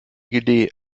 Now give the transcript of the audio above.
idee